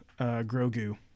Grogu